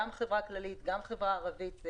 גם בחברה הכללית וגם בחברה הערבית.